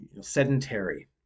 sedentary